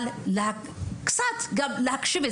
אבל קצת גם להקשיב.